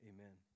Amen